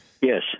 yes